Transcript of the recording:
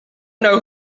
know